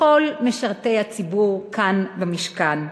לכל משרתי הציבור כאן במשכן,